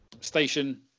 station